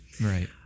Right